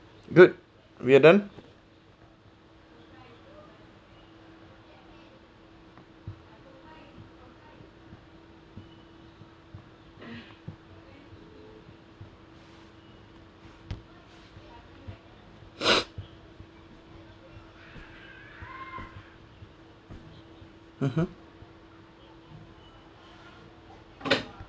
good we are done mmhmm